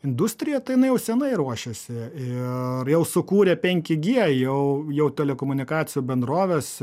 industrija tai jinai jau senai ruošiasi ir jau sukūrė penki gie jau jau telekomunikacijų bendrovės